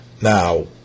Now